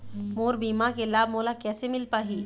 मोर बीमा के लाभ मोला कैसे मिल पाही?